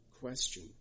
question